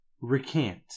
Recant